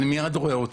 ואני מיד רואה אותו